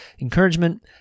encouragement